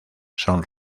son